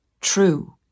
true